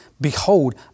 Behold